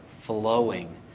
flowing